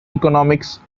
economics